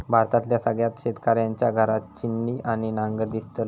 भारतातल्या सगळ्या शेतकऱ्यांच्या घरात छिन्नी आणि नांगर दिसतलो